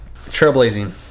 Trailblazing